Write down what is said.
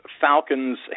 Falcons